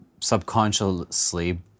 subconsciously